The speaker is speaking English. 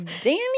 Danny